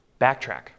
backtrack